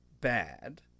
bad